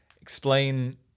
explain